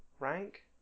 rank